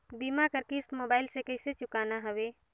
बीमा कर किस्त मोबाइल से कइसे चुकाना हवे